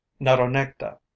naronecta